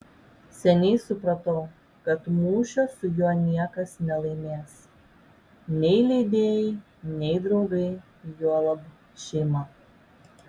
seniai supratau kad mūšio su juo niekas nelaimės nei leidėjai nei draugai juolab šeima